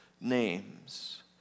names